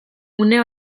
une